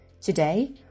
Today